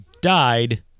died